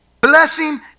blessing